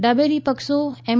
ડાબેરી પક્ષો એમ